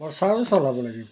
প্ৰচাৰোঁ চলাব লাগিব